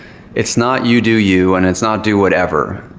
it's not you do you and it's not do whatever.